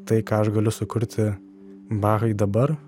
tai ką aš galiu sukurti bahai dabar